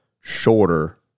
shorter